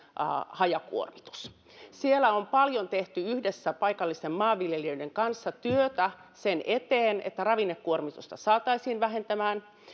hajakuormitus siellä on paljon tehty yhdessä paikallisten maanviljelijöiden kanssa työtä sen eteen että ravinnekuormitusta saataisiin vähenemään